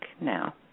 now